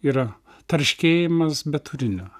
yra tarškėjimas be turinio